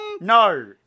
no